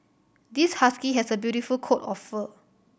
this husky has a beautiful coat of fur